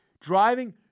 driving